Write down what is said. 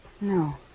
No